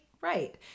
Right